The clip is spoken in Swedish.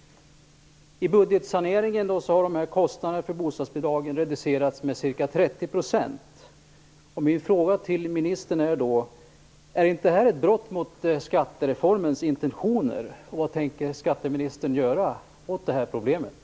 I budgetsaneringen har kostnaderna för bostadsbidragen reducerats med ca 30 %.